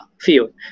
field